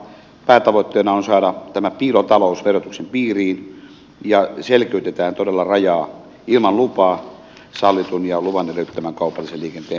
päätavoitteena on saada tämä piilotalous verotuksen piiriin ja selkeytetään todella rajaa ilman lupaa sallitun ja luvan edellyttämän kaupallisen liikenteen välillä